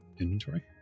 inventory